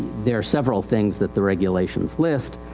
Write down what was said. there are several things that the regulations list.